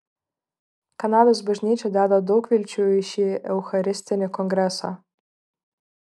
kanados bažnyčia deda daug vilčių į šį eucharistinį kongresą